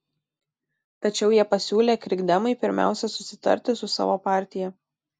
tačiau jie pasiūlė krikdemui pirmiausia pasitarti su savo partija